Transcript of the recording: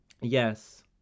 yes